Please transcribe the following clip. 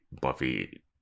Buffy